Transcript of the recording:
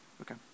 okay